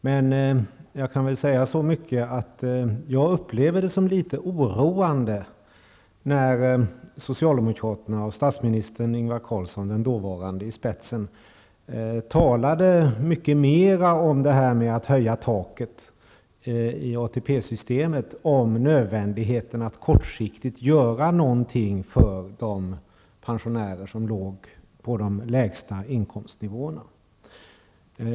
Men jag kan väl säga så mycket att jag upplever det som litet oroande, när socialdemokraterna med dåvarande statsministern Ingvar Carlsson i spetsen talade mycket mera om att höja taket i ATP systemet än om nödvändigheten av att kortsiktigt göra någonting för de pensionärer som låg på de lägsta inkomstnivåerna.